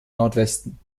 nordwesten